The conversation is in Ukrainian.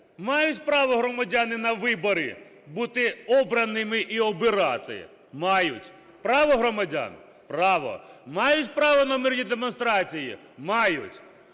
Мають право громадяни на вибори, бути обраними і обирати? Мають. Право громадян? Право. Мають право на мирні демонстрації? Мають.